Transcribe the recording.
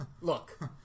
look